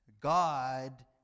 God